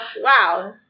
wow